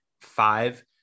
five